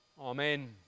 Amen